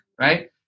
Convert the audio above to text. right